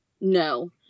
No